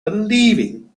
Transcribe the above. believing